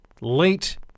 late